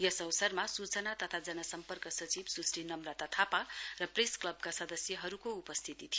यस अवसरमा सूचना तथा जन सम्पर्क सचिव सुश्रि नम्रता थापा र प्रेस क्लबका सदस्यहरूको उपस्थिति थियो